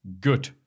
good